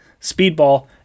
Speedball